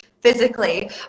physically